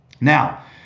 Now